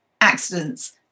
accidents